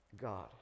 god